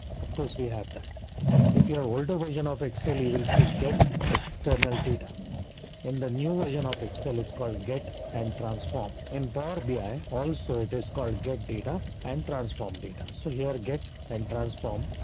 of course we have that if you have older version of excel you will see get external data in the new version of excel. it's called get and transform in power bi. also it is called get data and transform data. so here get and transform.